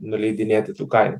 nuleidinėti tų kainų